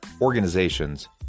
organizations